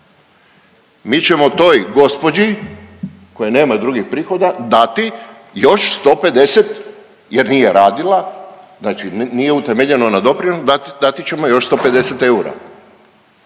Mi ćemo toj gospođi kojoj nema drugih prihoda dati još 150 jer nije radila, znači nije utemeljeno na doprinosu dati ćemo još 150 eura.